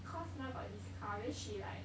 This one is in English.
cause now got discount then she like